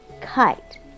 kite